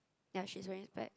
ya she's wearing spec